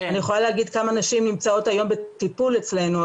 אני יכולה להגיד כמה נשים נמצאות היום בטיפול אצלנו,